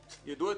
יידעו את זה מראש,